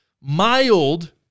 mild